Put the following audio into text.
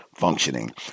functioning